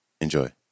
Enjoy